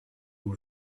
and